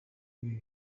ibi